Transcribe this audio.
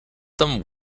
them